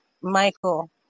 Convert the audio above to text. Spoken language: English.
Michael